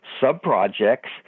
sub-projects